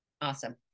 Awesome